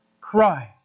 Christ